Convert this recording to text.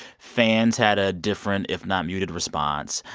fans had a different, if not muted, response.